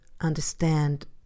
understand